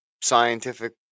scientific